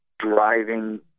driving